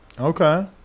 Okay